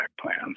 plans